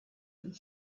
and